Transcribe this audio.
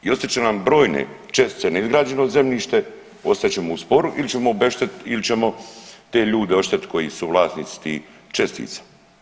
I ostat će nam brojne čestice neizgrađeno zemljište, ostat ćemo u sporu ili ćemo obešteti ili ćemo te ljude oštetiti te ljude koji su vlasnici tih čestica.